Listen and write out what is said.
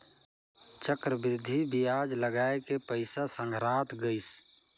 चक्रबृद्धि बियाज लगाय के पइसा संघरात गइस